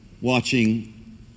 watching